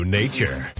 nature